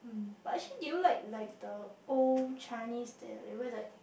but actually do you like like the old Chinese the remember the